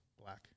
Black